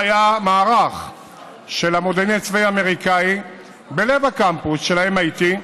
היה מערך של המודיעין צבאי האמריקני בלב הקמפוס של MIT,